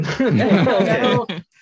Okay